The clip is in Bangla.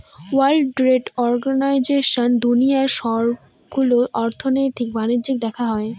ওয়ার্ল্ড ট্রেড অর্গানাইজেশনে দুনিয়ার সবগুলো অর্থনৈতিক বাণিজ্য দেখা হয়